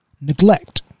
Neglect